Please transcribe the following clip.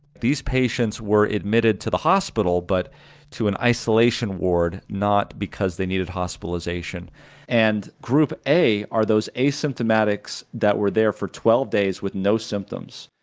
these patients were admitted to the hospital, but to an isolation ward not because they needed hospitalization and group a are those asymptomatics that were there for twelve days with no symptoms,